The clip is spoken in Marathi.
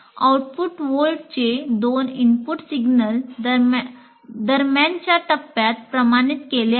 आउटपुट व्होल्टेज दोन इनपुट सिग्नल दरम्यानच्या टप्प्यात प्रमाणित केले आहेत